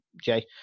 jay